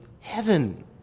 heaven